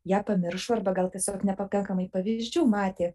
ją pamiršo arba gal tiesiog nepakankamai pavyzdžių matė